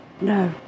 No